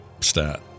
stat